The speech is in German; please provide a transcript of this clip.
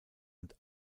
und